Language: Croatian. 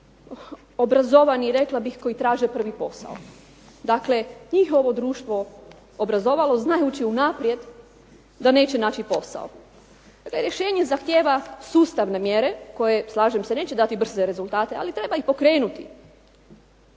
oni koji obrazovani rekla bih koji traže prvi posao. Dakle, njih je ovo društvo obrazovalo znajući unaprijed da neće naći posao. Dakle, rješenje zahtjeva sustavne mjere koje slažem se neće dati brze rezultate ali treba ih pokrenuti.